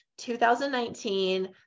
2019